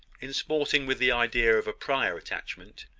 in sporting with the idea of a prior attachment,